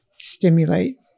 stimulate